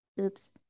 Oops